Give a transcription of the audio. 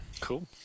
Cool